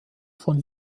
von